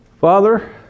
Father